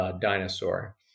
dinosaur